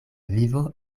vivo